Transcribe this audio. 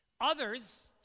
Others